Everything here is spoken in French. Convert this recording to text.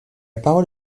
parole